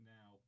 Now